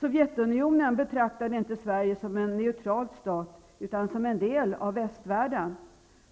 Sovjetunionen betraktade inte Sverige som en neutral stat utan som en del av västvärlden.